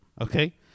Okay